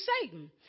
Satan